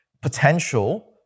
potential